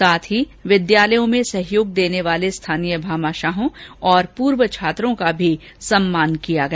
साथ ही विद्यालयों में सहयोग देने वाले स्थानीय भामाषाहों और पूर्व छात्रों का भी सम्मान किया गया